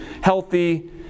healthy